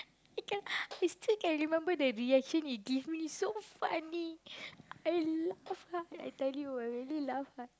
I still can remember the reaction he give me so funny I laugh hard I tell you I really laugh hard